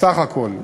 בסך הכול,